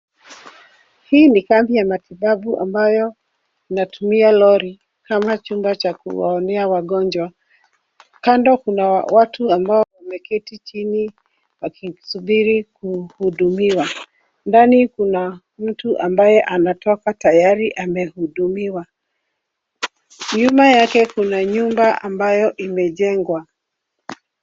Hii ni kazi ya matibabu ambayo inatumia lori kama chumba cha kuwaonea wagonjwa. Kando kuna watu ambao wameketi chini wakisubiri kuhudumiwa. Ndani kuna mtu ambaye anatoka tayari amehudumiwa. Nyuma yake kuna nyumba ambayo imejengwa.